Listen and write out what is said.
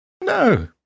No